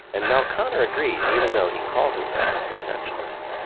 and mel konner agrees, even though he calls himself an essentialist.